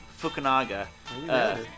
Fukunaga